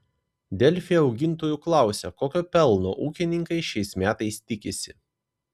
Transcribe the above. delfi augintojų klausia kokio pelno ūkininkai šiais metais tikisi